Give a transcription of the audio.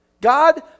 God